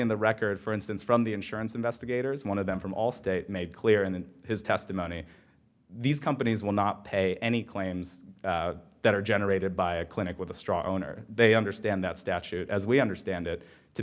in the record for instance from the insurance investigators one of them from allstate made clear in his testimony these companies will not pay any claims that are generated by a clinic with a straw owner they understand that statute as we understand it to